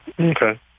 Okay